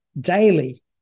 daily